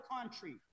country